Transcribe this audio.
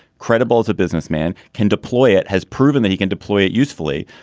credible as a businessman can deploy, it has proven that he can deploy it usefully.